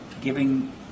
giving